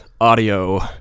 audio